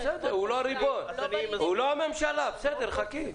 הוא לא הריבון ולא הממשלה, חכי.